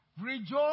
Rejoice